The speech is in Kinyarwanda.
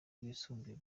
rwisumbuye